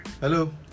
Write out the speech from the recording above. Hello